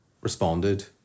responded